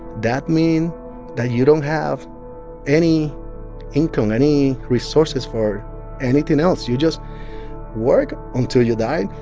that mean that you don't have any income, any resources for anything else. you just work until you die,